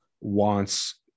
wants